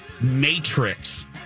Matrix